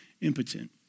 impotent